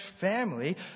family